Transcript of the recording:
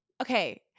Okay